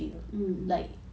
mmhmm mmhmm